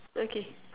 okay